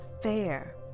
fair